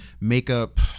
makeup